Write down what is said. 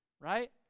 right